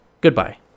Goodbye